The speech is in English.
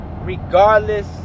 Regardless